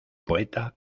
poeta